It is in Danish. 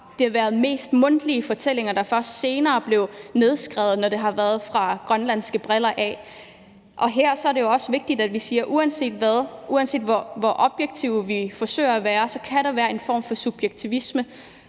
mest har været mundtlige fortællinger, der først senere er blevet nedskrevet, når de har været set med grønlandske briller. Og her er det også vigtigt, at vi siger: Uanset hvad, uanset hvor objektive vi forsøger at være, kan der være en form for subjektivisme,